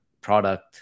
product